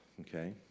okay